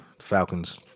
Falcons